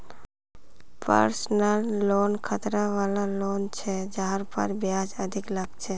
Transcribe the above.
personal loan खतरा वला loan छ जहार पर ब्याज अधिक लग छेक